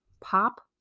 Pop